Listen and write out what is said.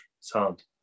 sound